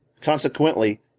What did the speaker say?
Consequently